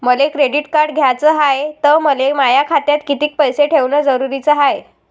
मले credit card घ्याचं हाय, त मले माया खात्यात कितीक पैसे ठेवणं जरुरीच हाय?